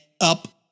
up